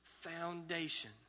foundation